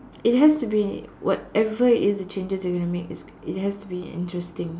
it has to be whatever it is changes they are going to make it it has to be interesting